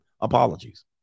Apologies